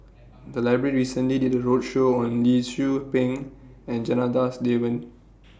The Library recently did A roadshow on Lee Tzu Pheng and Janadas Devan